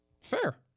fair